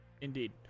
indeed